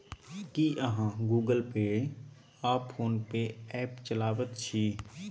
की अहाँ Google Pay आ PhonePe app चलाबैत छी?